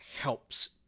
helps